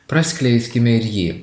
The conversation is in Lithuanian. praskleiskime ir jį